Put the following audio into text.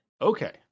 Okay